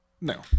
No